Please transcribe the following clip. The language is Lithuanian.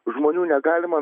žmonių negalima